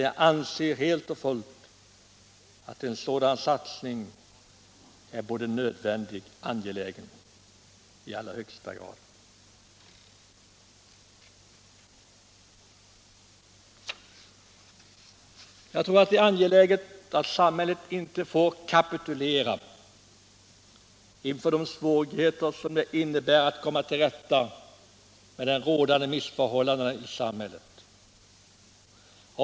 Jag anser att en sådan satsning är i högsta grad nödvändig och angelägen. Samhället får inte kapitulera inför de svårigheter som finns för att komma till rätta med rådande missförhållanden i samhället.